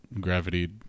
gravity